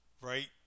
right